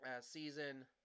Season